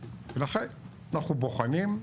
לכן אנחנו בוחנים.